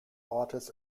ortes